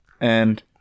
And-